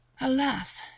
Alas